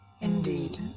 Indeed